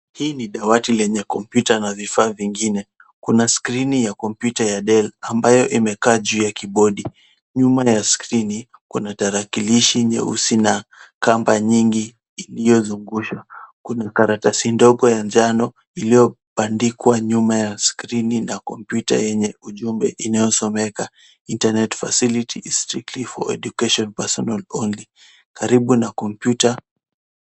Hii ni dawati lenye kompiuta na vifaa vingine, kuna skrini ya kompiuta ya dell ambayo imekaa juu ya kibodi, nyuma ya skrini kuna tarakilishi nyeusi na kamba nyingi iliyozungushwa kwenye karatasi ndogo ya njano iliyobandikwa nyuma ya skrini na kompiuta yenye ujumbe inayosomeka internet facility is strictly for education person only karibu na kompyuta.